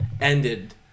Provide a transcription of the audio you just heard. ended